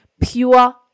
pure